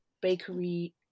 bakery